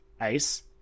Ace